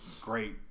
great